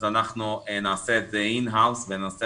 אז אנחנו נעשה את זה in house וננסה